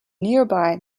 nearby